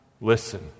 listen